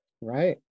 right